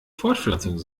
fortpflanzung